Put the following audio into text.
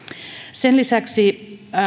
sen lisäksi